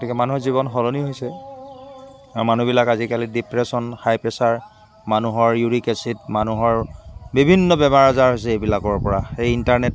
গতিকে মানুহৰ জীৱন সলনি হৈছে আ মানুহবিলাক আজিকালি ডিপ্ৰেশ্যন হাই প্ৰেছাৰ মানুহৰ ইউৰিক এচিড মানুহৰ বিভিন্ন বেমাৰ আজাৰ হৈছে এইবিলাকৰ পৰা এই ইণ্টাৰনেট